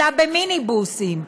אלא במיניבוסים.